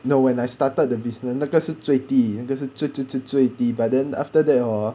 no when I started the business 那个是最低那个是最最最最低 but then after that hor